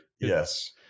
yes